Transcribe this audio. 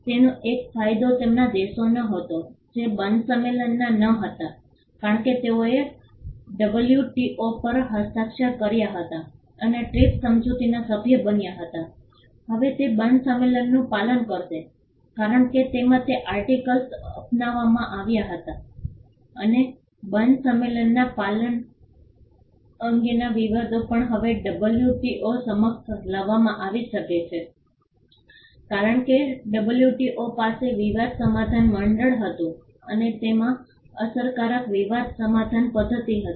તેનો એક ફાયદો તેમના દેશોનો હતો જે બર્ન સંમેલનના પક્ષકારો ન હતા કારણ કે તેઓએ ડબ્લ્યુટીઓ પર હસ્તાક્ષર કર્યા હતા અને ટ્રીપ્સ સમજૂતીના સભ્ય બન્યા હતા હવે તે બર્ન સંમેલનનું પાલન કરશે કારણ કે તેમાં તે આર્ટીકલ્સ અપનાવવામાં આવ્યા હતા અને બર્ન સંમેલનના પાલન અંગેના વિવાદો પણ હવે ડબ્લ્યુટીઓ સમક્ષ લાવવામાં આવી શકે કારણ કે ડબ્લ્યુટીઓ પાસે વિવાદ સમાધાન મંડળ હતું અને તેમાં અસરકારક વિવાદ સમાધાન પદ્ધતિ હતી